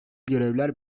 görevler